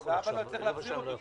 ליהדות והאבא לא הצליח להחזיר אותו.